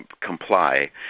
comply